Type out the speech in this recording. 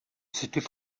сэтгэл